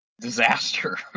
disaster